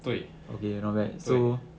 对对